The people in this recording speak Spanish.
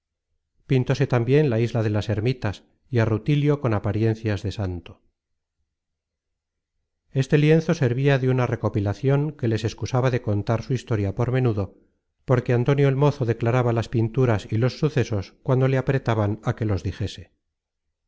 pintóse tambien la isla de content from google book search generated at ici content from google book search generated at servia de una recopilacion que les excusaba de contar su historia por menudo porque antonio el mozo declaraba las pinturas y los sucesos cuando le apretaban a que los dijese